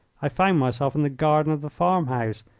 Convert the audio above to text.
i found myself in the garden of the farm-house,